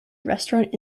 restaurant